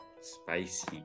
Spicy